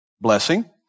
blessing